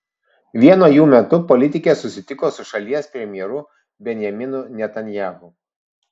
vieno jų metu politikė susitiko su šalies premjeru benjaminu netanyahu